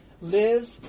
live